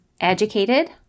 educated